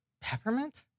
Peppermint